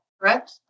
correct